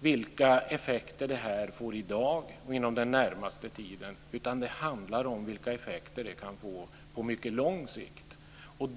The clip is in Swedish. vilka effekter det får i dag och inom den närmaste tiden, utan det handlar om vilka effekter som det kan få på mycket lång sikt.